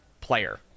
player